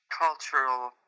cultural